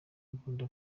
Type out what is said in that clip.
imbunda